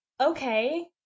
okay